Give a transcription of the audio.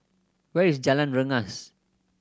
where is Jalan Rengas